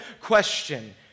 question